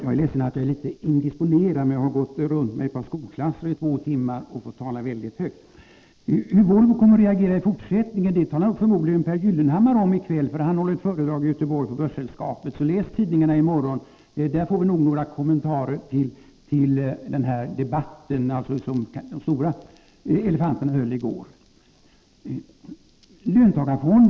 Herr talman! Hur Volvo kommer att reagera i fortsättningen talar förmodligen Pehr Gyllenhammar om i kväll, då han skall hålla ett föredrag i Göteborg inför Börssällskapet. Läs tidningarna i morgon. Där får vi nog några kommentarer till den debatt som de stora ”elefanterna” hölli går utan att dansa!